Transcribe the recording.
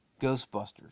Ghostbusters